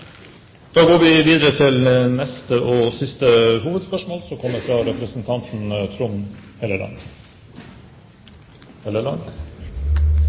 går videre til neste og siste hovedspørsmål. Som